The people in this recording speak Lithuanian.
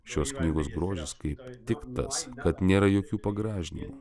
šios knygos grožis kaip tik tas kad nėra jokių pagražinimų